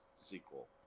sequel